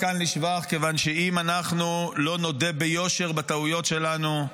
לשבח מכיוון שאם אנחנו לא נודה ביושר בטעויות שלנו,